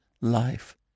life